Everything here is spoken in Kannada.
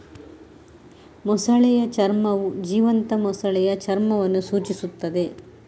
ಮೊಸಳೆಯ ಚರ್ಮವು ಜೀವಂತ ಮೊಸಳೆಯ ಚರ್ಮವನ್ನು ಸೂಚಿಸುತ್ತದೆ